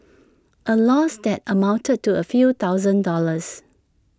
A loss that amounted to A few thousand dollars